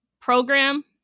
program